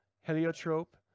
Heliotrope